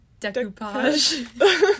decoupage